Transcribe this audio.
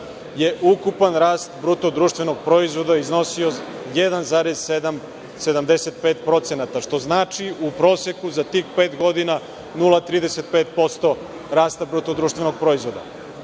a ukupan rast bruto društvenog proizvoda je iznosio 1,75%, što znači, u proseku, za tih pet godina, 0,35% rasta bruto-društvenog proizvoda. Ja